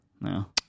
no